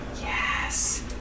Yes